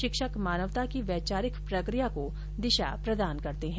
शिक्षक मानवता की वैचारिक प्रक्रिया को दिशा प्रदान करते हैं